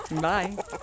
bye